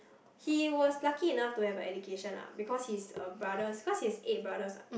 he was lucky enough to have a education lah because he's a brother cause he has eight brothers what